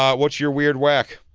um what's your weird whack?